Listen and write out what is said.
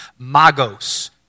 magos